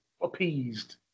appeased